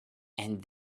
and